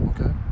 Okay